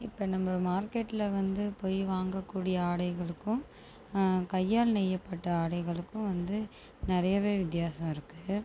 இப்போ நம்ம மார்க்கெட்டில் வந்து போய் வாங்கக்கூடிய ஆடைகளுக்கும் கையால் நெய்யப்பட்ட ஆடைகளுக்கும் வந்து நிறையவே வித்தியாசம் இருக்குது